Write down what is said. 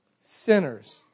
Sinners